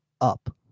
up